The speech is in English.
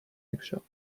eggshell